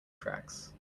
tracks